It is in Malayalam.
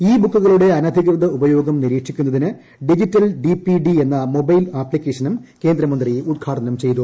ഇ ബുക്കുകളുടെ അനധികൃത ഉപയോഗം നിരീക്ഷിക്കുന്നതിന് ഡിജിറ്റൽ ഡിപിഡി എന്ന മൊബൈൽ ആപ്ളിക്കേഷനും കേന്ദ്രമന്ത്രി ഉദ്ഘാടനം ചെയ്തു